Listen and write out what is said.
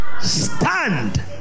stand